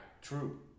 True